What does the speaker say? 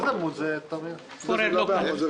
זו